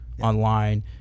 online